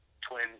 twin